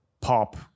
pop